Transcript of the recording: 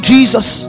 Jesus